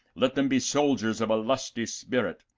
let them be soldiers of a lusty spirit,